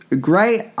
Great